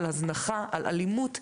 הזנחה או אלימות.